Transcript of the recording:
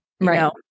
Right